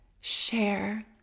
Share